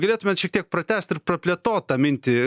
galėtumėt šiek tiek pratęst ir plėtot tą mintį